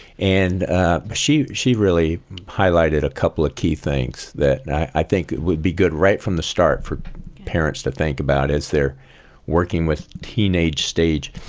and she she really highlighted a couple of key things that i think would be good right from the start for parents to think about as they're working with the teenage stage,